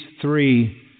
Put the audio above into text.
three